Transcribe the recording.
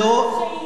יש מתקן שהייה.